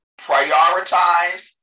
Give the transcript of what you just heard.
prioritize